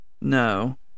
No